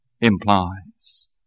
implies